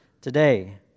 today